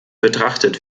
betrachtet